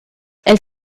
elle